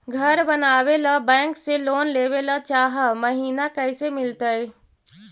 घर बनावे ल बैंक से लोन लेवे ल चाह महिना कैसे मिलतई?